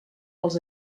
els